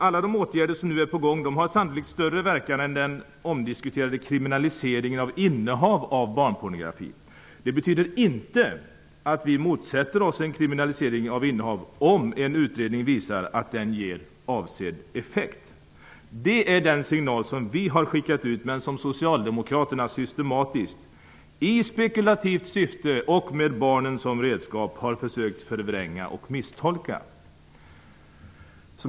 Alla de åtgärder som nu är på gång har sannolikt större verkan än den omdiskuterade kriminaliseringen av innehav av barnpornografi. Det betyder inte att vi motsätter oss en kriminalisering av innehav om en utredning visar att den ger avsedd effekt. Det är den signal som vi har skickat ut. Socialdemokraterna har systematiskt, i spekulativt syfte och med barnen som redskap, försökt att förvränga och misstolka den.